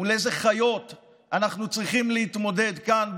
מול איזה חיות אנחנו צריכים להתמודד כאן,